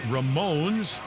Ramones